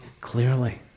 clearly